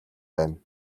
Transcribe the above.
байна